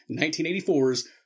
1984's